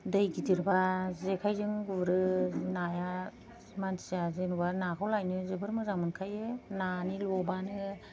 दै गिदिरब्ला जेखायजों गुरो नाया मानसिया जेन'बा नाखौ लायनो जोबोर मोजां मोनखायो नानि लबानो